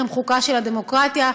לחם חוקה של הדמוקרטיה,